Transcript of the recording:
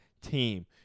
team